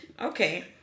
Okay